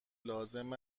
لازم